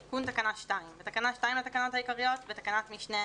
תקנה 1 בתקנות סמכויות מיוחדות להתמודדות עם נגיף